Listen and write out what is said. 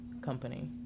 company